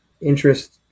interest